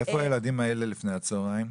איפה הילדים האלה לפני הצוהריים?